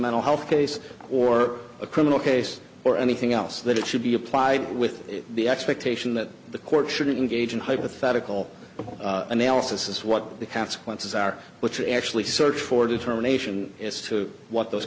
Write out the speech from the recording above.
mental health case or a criminal case or anything else that it should be applied with the expectation that the court should engage in hypothetical analysis what the consequences are which are actually search for determination as to what those